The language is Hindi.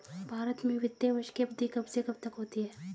भारत में वित्तीय वर्ष की अवधि कब से कब तक होती है?